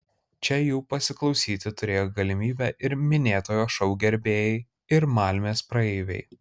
čia jų pasiklausyti turėjo galimybę ir minėtojo šou gerbėjai ir malmės praeiviai